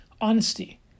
honesty